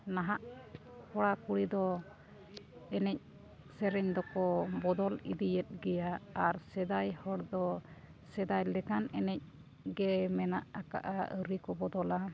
ᱱᱟᱦᱟᱜ ᱠᱚᱲᱟᱼᱠᱩᱲᱤ ᱫᱚ ᱮᱱᱮᱡ ᱥᱮᱨᱮᱧ ᱫᱚᱠᱚ ᱵᱚᱫᱚᱞ ᱤᱫᱤᱭᱮᱜ ᱜᱮᱭᱟ ᱟᱨ ᱥᱮᱫᱟᱭ ᱦᱚᱲ ᱫᱚ ᱥᱮᱫᱟᱭ ᱞᱮᱠᱟᱱ ᱮᱱᱮᱡ ᱜᱮ ᱢᱮᱱᱟᱜ ᱟᱠᱟᱫᱼᱟ ᱟᱹᱣᱨᱤ ᱠᱚ ᱵᱚᱫᱚᱞᱟ